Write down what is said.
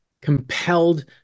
compelled